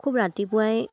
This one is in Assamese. খুব ৰাতিপুৱাই